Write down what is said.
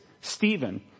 Stephen